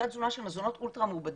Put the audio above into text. אותה תזונה של מזונות אולטרה מעובדים,